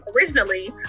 originally